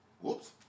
Whoops